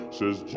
says